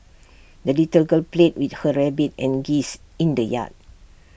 the little girl played with her rabbit and geese in the yard